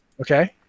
Okay